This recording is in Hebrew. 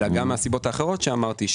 אלא גם מהסיבות האחרות שאמרתי,